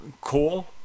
cool